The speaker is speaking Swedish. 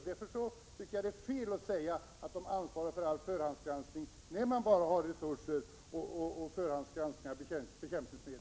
Därför är det fel att säga att myndigheten ansvarar för all förhandsgranskning, när den bara har resurser för att förhandsgranska bekämpningsmedel.